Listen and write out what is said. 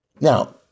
Now